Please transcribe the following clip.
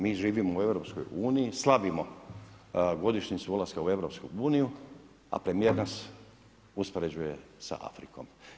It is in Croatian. Mi živimo u EU, slavimo godišnjicu ulaska u EU a premijer nas uspoređuje sa Afrikom.